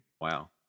Wow